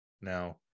Now